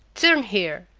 turn here.